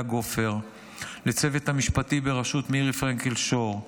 גופר ולצוות המשפטי בראשות מירי פרנקל שור,